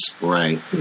Right